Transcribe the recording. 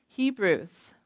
Hebrews